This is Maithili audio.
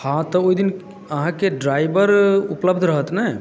हँ तऽ ओहि दिन अहाँके ड्राइवर उपलब्ध रहत ने